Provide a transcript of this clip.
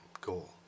goal